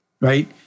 right